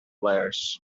layers